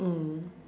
mm